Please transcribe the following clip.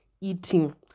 eating